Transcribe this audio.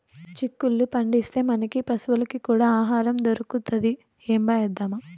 చిక్కుళ్ళు పండిస్తే, మనకీ పశులకీ కూడా ఆహారం దొరుకుతది ఏంబా ఏద్దామా